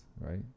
right